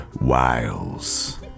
Wiles